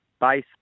base